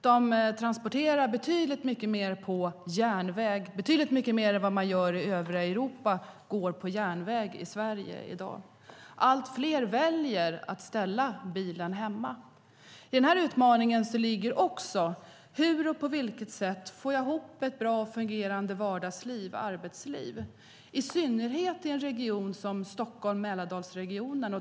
Det transporteras betydligt mycket mer än tidigare på järnväg. Betydligt mycket mer än i övriga Europa går i dag på järnväg i Sverige. Allt fler väljer att lämna bilen hemma. Det är också en utmaning att få ihop ett bra och fungerande vardagsliv och arbetsliv, i synnerhet i en region som Stockholm-Mälardalsregionen.